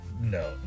no